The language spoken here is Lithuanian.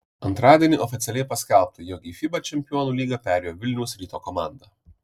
antradienį oficialiai paskelbta jog į fiba čempionų lygą perėjo vilniaus ryto komanda